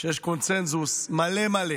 קונסנזוס מלא מלא